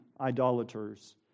idolaters